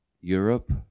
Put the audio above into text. Europe